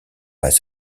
pas